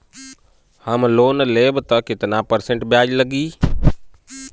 हम लोन लेब त कितना परसेंट ब्याज लागी?